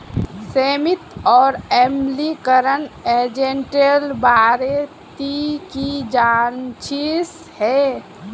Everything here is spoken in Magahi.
सीमित और अम्लीकरण एजेंटेर बारे ती की जानछीस हैय